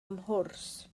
mhwrs